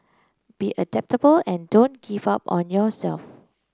be adaptable and don't give up on yourself